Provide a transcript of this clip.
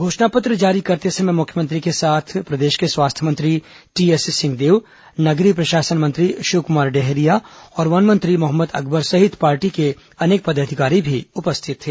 घोषणा पत्र जारी करते समय मुख्यमंत्री के साथ प्रदेश के स्वास्थ्य मंत्री टीएस सिंहदेव नगरीय प्रशासन मंत्री शिवकुमार डहरिया और वन मंत्री मोहम्मद अकबर सहित पार्टी के अनेक पदाधिकारी भी उपस्थित थे